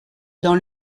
dans